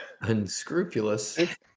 Unscrupulous